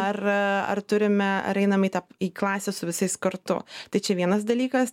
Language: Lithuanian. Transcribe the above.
ar ar turime ar einam į tą į klasę su visais kartu tai čia vienas dalykas